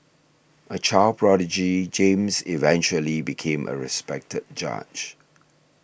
a child prodigy James eventually became a respected judge